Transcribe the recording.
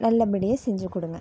நல்லபடியாக செஞ்சுக் கொடுங்க